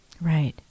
Right